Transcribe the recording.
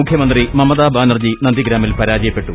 മുഖ്യമന്ത്രി മമതാ ബാനർജി നന്ദിഗ്രാമിൽ പരാജയപ്പെട്ടു